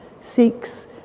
seeks